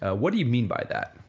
ah what do you mean by that?